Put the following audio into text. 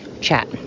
chat